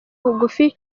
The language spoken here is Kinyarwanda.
bugufi